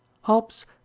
hobbes